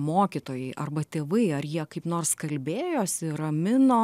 mokytojai arba tėvai ar jie kaip nors kalbėjosi ramino